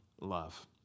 love